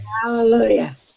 Hallelujah